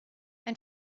ein